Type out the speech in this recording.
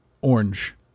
Orange